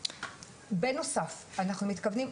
בנוסף אנחנו מתכוונים,